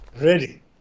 Ready